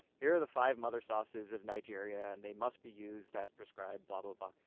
here are the five mother sauces of nigeria and they must be used as prescribed, blah, blah, blah,